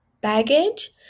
baggage